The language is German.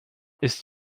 ist